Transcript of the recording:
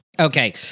Okay